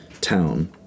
town